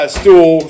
stool